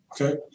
Okay